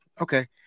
Okay